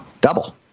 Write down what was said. Double